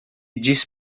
disse